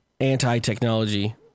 anti-technology